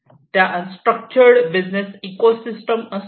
त्या unstructured business ecosystem असतात